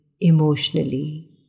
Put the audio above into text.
EMOTIONALLY